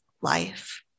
life